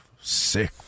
Sick